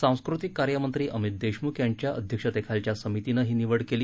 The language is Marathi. सांस्कृतिक कार्य मंत्री अमित देशमुख यांच्या अध्यक्षतेखालच्या समितीनं ही निवड केली